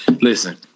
Listen